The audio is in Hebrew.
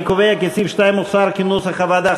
אני קובע כי סעיף 2 אושר כנוסח הוועדה.